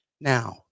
Now